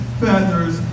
feathers